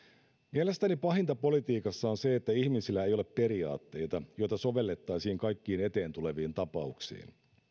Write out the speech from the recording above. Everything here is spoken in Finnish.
mielestäni pahinta politiikassa on se että ihmisillä ei ole periaatteita joita sovellettaisiin kaikkiin eteen tuleviin tapauksiin